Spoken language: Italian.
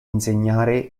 insegnare